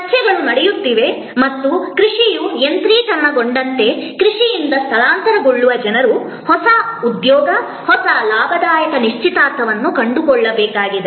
ಚರ್ಚೆಗಳು ನಡೆಯುತ್ತಿವೆ ಮತ್ತು ಕೃಷಿಯು ಯಾಂತ್ರೀಕೃತಗೊಂಡಂತೆ ಕೃಷಿಯಿಂದ ಸ್ಥಳಾಂತರಗೊಳ್ಳುವ ಜನರು ಹೊಸ ಉದ್ಯೋಗ ಹೊಸ ಲಾಭದಾಯಕ ನಿಶ್ಚಿತಾರ್ಥವನ್ನು ಕಂಡುಕೊಳ್ಳಬೇಕು